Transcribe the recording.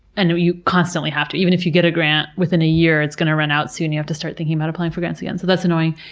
and you constantly have to. even if you get a grant, within a year it's going to run out soon and you have to start thinking about applying for grants again. so that's annoying,